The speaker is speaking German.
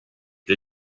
der